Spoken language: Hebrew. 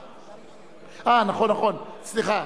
סליחה.